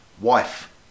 wife